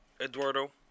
Eduardo